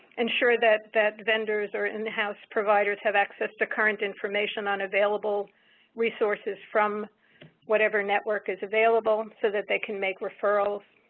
ensure that that offenders or in-house providers have access to current information on available resources from whatever network is available, so that they can make referrals,